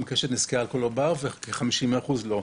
קשת נזקי האלכוהול לעובר וכ-50 אחוזים לא.